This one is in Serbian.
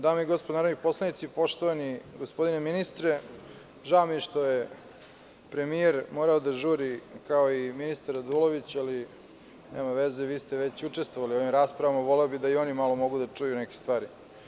Dame i gospodo narodni poslanici, poštovani gospodine ministre, žao mi je što je premijer morao da žuri, kao i ministar Radulović, ali nema veze, vi ste već učestvovali u ovim rasprava, voleo bi da i oni mogu da čuju neke stvari.